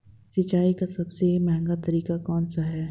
सिंचाई का सबसे महंगा तरीका कौन सा है?